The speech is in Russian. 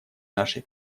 нашей